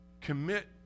Commit